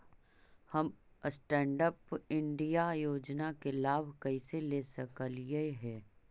हम stand up India योजना के लाभ कइसे ले सकलिअई हे